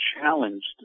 challenged